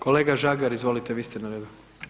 Kolega Žagar, izvolite, vi ste na redu.